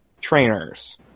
trainers